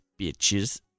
bitches